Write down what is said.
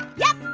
yep,